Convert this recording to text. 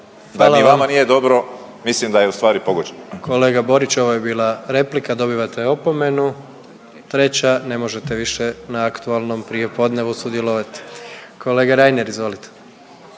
pa ni vama nije dobro, mislim da je u stvari pogođeno. **Jandroković, Gordan (HDZ)** Kolega Borić ovo je bila replika, dobivate opomenu, treća ne možete više na aktualnom prijepodnevu sudjelovat. Kolega Reiner, izvolite.